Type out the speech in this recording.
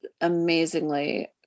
amazingly